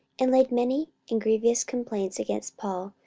and laid many and grievous complaints against paul,